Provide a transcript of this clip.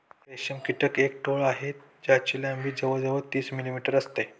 रेशम कीटक एक टोळ आहे ज्याची लंबी जवळ जवळ तीस मिलीमीटर असते